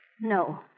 No